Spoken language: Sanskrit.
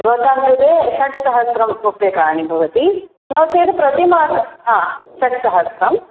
भवतां कृते षट्सहस्रं रूप्यकाणि भवति नो चेत् प्रतिमासं हा षट्सहस्रम्